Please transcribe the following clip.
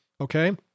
Okay